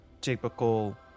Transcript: typical